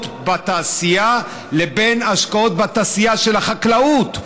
בתעשייה לבין השקעות בתעשייה של החקלאות,